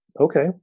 Okay